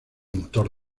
motor